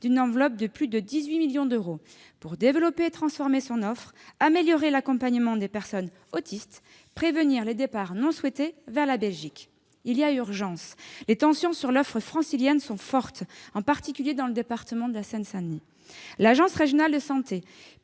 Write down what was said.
d'une enveloppe de plus de 18 millions d'euros pour développer et transformer son offre, améliorer l'accompagnement des personnes autistes et prévenir les départs non souhaités vers la Belgique. Il y a urgence. Les tensions sur l'offre francilienne sont fortes, en particulier dans le département de la Seine-Saint-Denis. C'est pourquoi l'Agence régionale de santé